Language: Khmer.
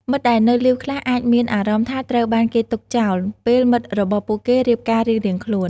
មិត្តដែលនៅលីវខ្លះអាចមានអារម្មណ៍ថាត្រូវបានគេទុកចោល ពេលមិត្តរបស់ពួកគេរៀបការរៀងៗខ្លួន។